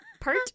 Pert